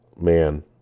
Man